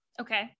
Okay